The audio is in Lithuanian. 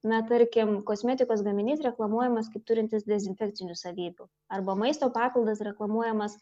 na tarkim kosmetikos gaminys reklamuojamas kaip turintis dezinfekcinių savybių arba maisto papildas reklamuojamas